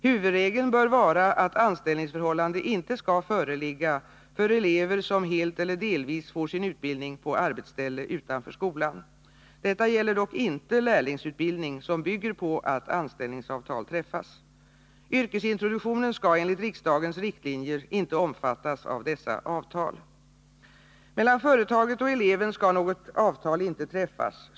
Huvudregeln bör vara att anställningsförhållande inte skall föreligga för elever som helt eller delvis får sin utbildning på arbetsställe utanför skolan. Detta gäller dock inte lärlingsutbildning som bygger på att anställningsavtal träffas. Yrkesintroduktionen skall enligt riksdagens riktlinjer inte omfattas av dessa avtal. Mellan företaget och eleven skall något avtal inte träffas.